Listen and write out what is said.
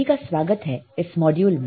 सभी का स्वागत है इस मॉड्यूल में